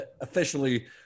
officially